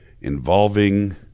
involving